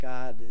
God